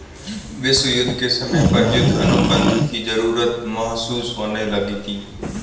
विश्व युद्ध के समय पर युद्ध अनुबंध की जरूरत महसूस होने लगी थी